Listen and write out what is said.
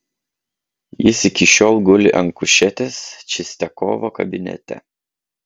jis iki šiol guli ant kušetės čistiakovo kabinete